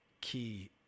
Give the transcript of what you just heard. key